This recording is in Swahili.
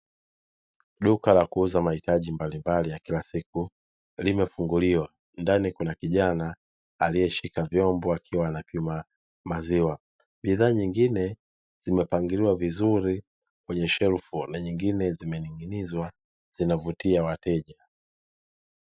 Duka la kuuza mahitaji mbalimbali ya kila siku limefunguliwa. Ndani kuna kijana aliyeshika vyombo akiwa anapima maziwa. Bidhaa nyingine zimepangwa kwenye shelfu na nyingine zimening'inizwa, zinavutia wateja.